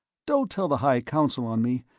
don't tell the high council on me,